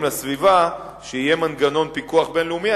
לסביבה שיהיה מנגנון פיקוח בין-לאומי.